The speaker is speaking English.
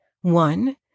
One